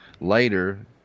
Later